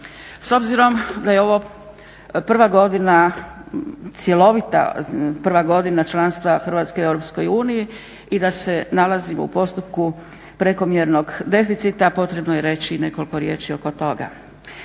S obzirom da je ovo prva godina cjelovita prva godina članstva Hrvatske u Europskoj uniji i da se nalazimo u postupku prekomjernog deficita potrebno je reći i nekoliko riječi oko toga.